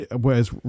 whereas